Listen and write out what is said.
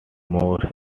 more